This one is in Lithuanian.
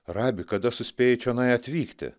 rabi kada suspėjai čionai atvykti